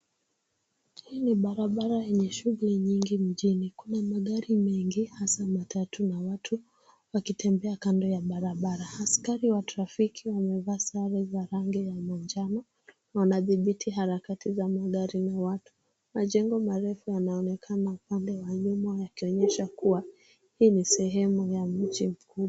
Hii ni barabara yenye shugli nyingi mjini, kuna magari mengi hasa matatu na watu wakitembea kando ya barabara, askari wa trafiki wamevaa sare za rangi ya manjano wanadhibiti harakati za magari na watu. Majengo marefu yanaonekanaa pale ambavyo wimo yakionyesha kuwa hii ni sehemu ya mji mkubwa.